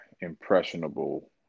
impressionable